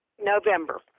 November